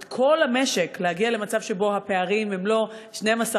את כל המשק להגיע למצב שבו הפערים הם לא 12%,